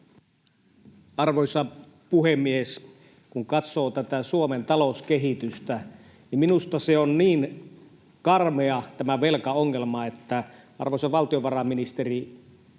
Arvoisa puhemies! Kun katsoo tätä Suomen talouskehitystä, niin minusta tämä velkaongelma on niin karmea, että, arvoisa valtiovarainministeri,